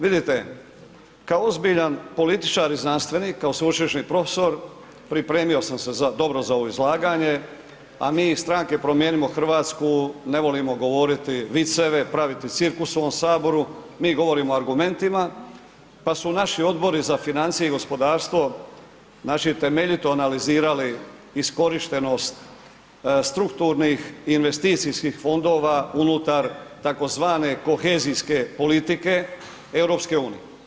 Vidite, kao ozbiljan političar i znanstvenik, kao sveučilišni profesor pripremio sam se dobro za ovo izlaganje, a mi iz Stranke promijenimo Hrvatsku ne volimo govoriti viceve, praviti cirkus u ovom HS, mi govorimo argumentima, pa su naši Odbori za financije i gospodarstvo, znači, temeljito analizirali iskorištenost strukturnih i investicijskih fondova unutar tzv. kohezijske politike EU.